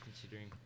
considering